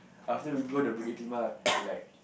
after we go the Bukit-Timah we like